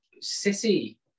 City